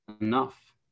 enough